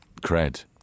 cred